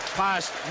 past